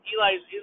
Eli's